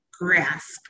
grasp